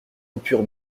coupure